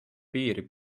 piiri